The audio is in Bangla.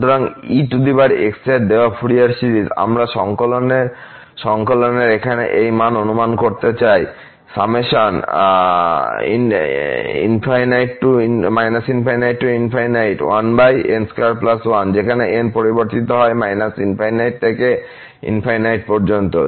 সুতরাং ex এর দেওয়া ফুরিয়ার সিরিজ এবং আমরা সঙ্কলন এর এখানে এই মান অনুমান করতে চাই যেখানে n থেকে পরিবর্তিত হয় ∞ থেকে ∞ পর্যন্ত